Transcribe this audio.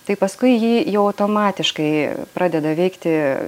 tai paskui jį jau automatiškai pradeda veikti